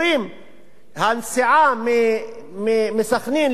הנסיעה מסח'נין לעכו תהיה מוזלת,